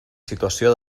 situació